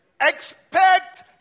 Expect